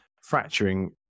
fracturing